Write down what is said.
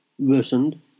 worsened